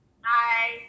Hi